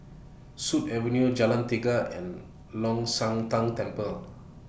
Sut Avenue Jalan Tiga and Long Shan Tang Temple